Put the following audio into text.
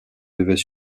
devait